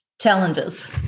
challenges